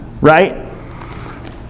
Right